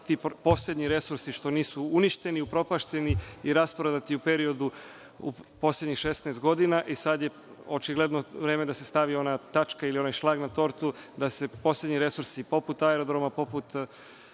ti poslednji resursi što nisu uništeni, upropašteni i rasprodati u periodu u poslednjih 16 godina. Sad je očigledno vreme da se stavi ona tačka ili onaj šlag na tortu i da se poslednji resursi poput aerodroma, poput